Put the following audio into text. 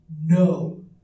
no